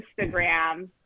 instagram